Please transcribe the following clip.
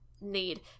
need